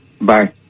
Bye